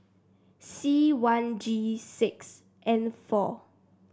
C one G six N four